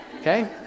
Okay